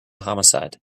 homicide